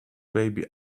baby